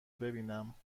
ببینم